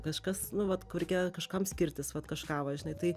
kažkas nu vat kur reikia kažkam skirtis vat kažką va žinai tai